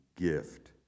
gift